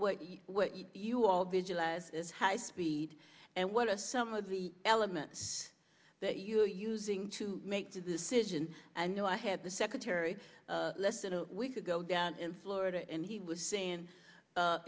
you what you all visualize as high speed and what are some of the elements that you are using to make the decision and you know i had the secretary less than a week ago down in florida and he was saying